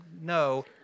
no